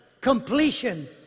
completion